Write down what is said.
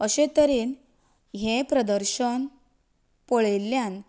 अशे तरेन हें प्रदर्शन पळयिल्ल्यान